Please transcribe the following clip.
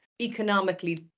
economically